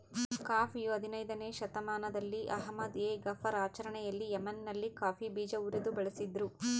ಕಾಫಿಯು ಹದಿನಯ್ದನೇ ಶತಮಾನದಲ್ಲಿ ಅಹ್ಮದ್ ಎ ಗಫರ್ ಆಚರಣೆಯಲ್ಲಿ ಯೆಮೆನ್ನಲ್ಲಿ ಕಾಫಿ ಬೀಜ ಉರಿದು ಬಳಸಿದ್ರು